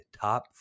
top